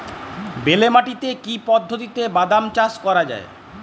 বেলে মাটিতে কি পদ্ধতিতে বাদাম চাষ করা যায়?